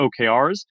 OKRs